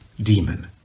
demon